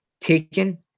taken